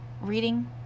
reading